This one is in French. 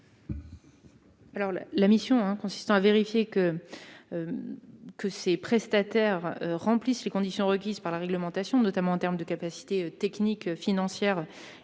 La mission consistant à vérifier que ces prestataires remplissent les conditions requises par la réglementation, notamment qu'ils disposent des capacités techniques, financières et